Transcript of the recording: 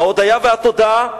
ההודיה והתודה,